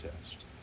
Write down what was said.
test